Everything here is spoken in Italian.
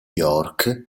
york